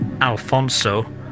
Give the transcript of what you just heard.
Alfonso